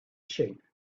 sheep